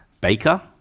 Baker